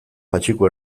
patxiku